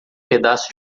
pedaço